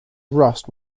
rust